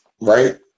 right